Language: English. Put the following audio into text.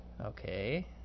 okay